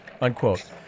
unquote